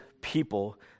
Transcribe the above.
people